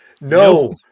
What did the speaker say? no